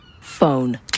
Phone